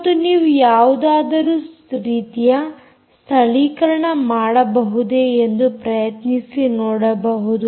ಮತ್ತು ನೀವು ಯಾವುದಾದರೂ ರೀತಿಯ ಸ್ಥಳೀಕರಣ ಮಾಡಬಹುದೇ ಎಂದು ಪ್ರಯತ್ನಿಸಿ ನೋಡಬಹುದು